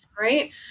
right